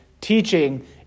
teaching